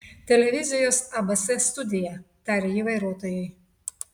televizijos abc studija tarė ji vairuotojui